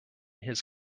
his